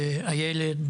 איילת,